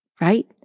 right